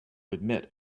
admit